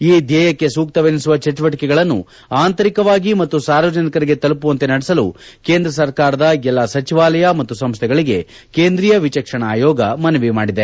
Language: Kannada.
ಈ ಧ್ಲೇಯಕ್ಷೆ ಸೂಕ್ತವೆನಿಸುವ ಚಟುವಟಕೆಗಳನ್ನು ಆಂತರಿಕವಾಗಿ ಮತ್ತು ಸಾರ್ವಜನಿಕರಿಗೆ ತಲುಪುವಂತೆ ನಡೆಸಲು ಕೇಂದ್ರ ಸರ್ಕಾರದ ಎಲ್ಲ ಸಚಿವಾಲಯ ಮತ್ತು ಸಂಸ್ಥೆಗಳಿಗೆ ಕೇಂದ್ರೀಯ ವಿಚಕ್ಷಣಾ ಆಯೋಗ ಮನವಿ ಮಾಡಿದೆ